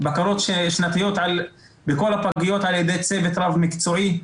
בקרות שנתיות בכל הפגיות על ידי צוות רב מקצועי,